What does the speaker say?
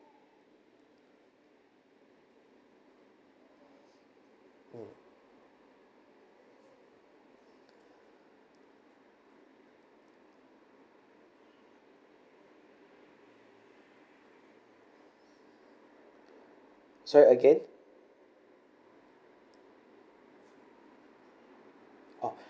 sorry again